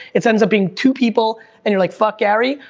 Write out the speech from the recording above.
it ends up being two people and you're like, fuck gary,